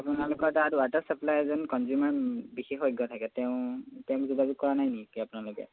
আপোনালোকৰ তাত water supply এজন কনজিউমাৰ বিশেষজ্ঞ থাকে তেওঁ তেওঁক যোগাযোগ কৰা নাই নেকি আপোনালোকে